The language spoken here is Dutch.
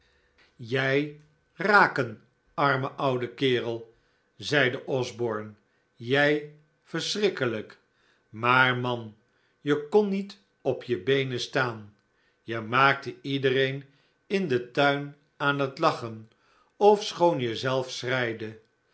jij raken arme oude kerel zeide osborne jij verschrikkelijk maar man je kon niet op je beenen staan je maakte iedereen in den tuin aan het lachen ofschoon je